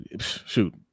Shoot